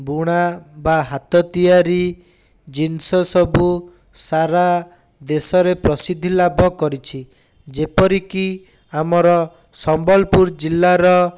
ବୁଣା ବା ହାତ ତିଆରି ଜିନିଷ ସବୁ ସାରା ଦେଶରେ ପ୍ରସିଦ୍ଧି ଲାଭ କରିଛି ଯେପରିକି ଆମର ସମ୍ବଲପୁର ଜିଲ୍ଲାର